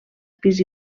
pis